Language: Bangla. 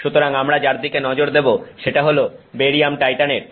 সুতরাং আমরা যার দিকে নজর দেবো সেটা হল বেরিয়াম টাইটানেট